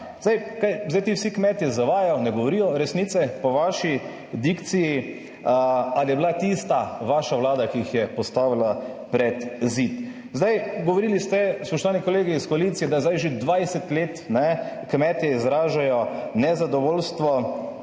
saj kaj zdaj ti vsi kmetje zavajajo, ne govorijo resnice po vaši dikciji ali je bila tista vaša Vlada, ki jih je postavila pred zid. Zdaj, govorili ste, spoštovani kolegi iz koalicije, da je zdaj že 20 let, ne, kmetje izražajo nezadovoljstvo,